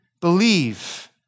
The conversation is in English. believe